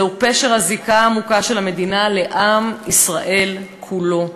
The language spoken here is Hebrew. זהו פשר הזיקה העמוקה של המדינה לעם ישראל כולו,